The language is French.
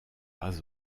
pas